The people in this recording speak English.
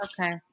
Okay